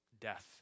death